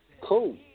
Cool